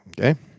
Okay